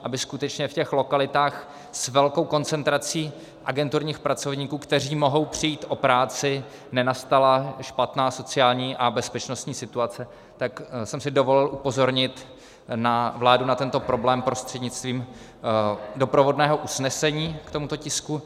Aby skutečně v těch lokalitách s velkou koncentrací agenturních pracovníků, kteří mohou přijít o práci, nenastala špatná sociální a bezpečnostní situace, tak jsem si dovolil upozornit vládu na tento problém prostřednictvím doprovodného usnesení k tomuto tisku.